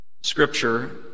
Scripture